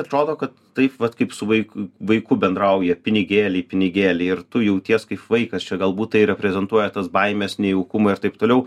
atrodo kad taip vat kaip su vaik vaiku bendrauja pinigėliai pinigėliai ir tu jauties kaip vaikas čia galbūt tai reprezentuoja tas baimes nejaukumą ir taip toliau